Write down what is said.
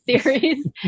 series